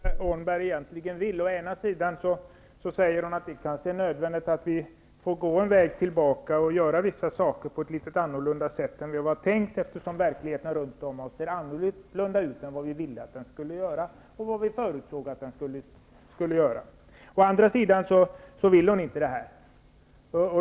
Herr talman! Det är litet svårt att veta vad Annika Åhnberg egentligen vill. Hon säger å ena sidan att det kanske är nödvändigt att vi får gå en väg tillbaka och göra vissa saker på ett litet annat sätt än vi hade tänkt eftersom verkligheten runt omkring oss ser litet annorlunda ut än vi förutsåg att den skulle göra. Men å andra sidan vill hon inte det här.